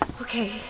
Okay